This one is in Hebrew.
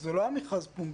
זה לא היה מכרז פומבי.